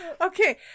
Okay